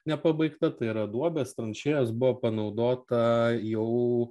nepabaigta tai yra duobės tranšėjos buvo panaudota jau